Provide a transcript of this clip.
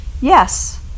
yes